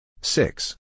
Six